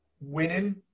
winning